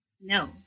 No